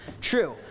True